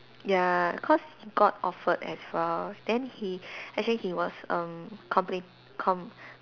ya cause he got offered as well then he actually he was um comple~ com~